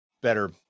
better